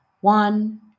one